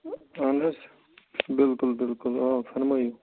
اَہَن حظ بِلکُل بِلکُل آ فرمٲیِو